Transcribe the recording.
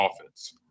offense